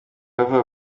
yavaga